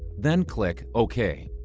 then click ok.